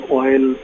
oil